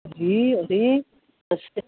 अरे अरे तस्य